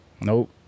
Nope